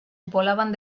volaban